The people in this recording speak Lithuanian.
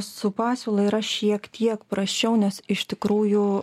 su pasiūla yra šiek tiek prasčiau nes iš tikrųjų